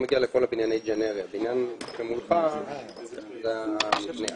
הוא מגיע אחרי שעה או 50 דקות --- יש קשר ישיר.